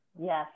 Yes